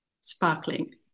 Sparkling